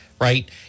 right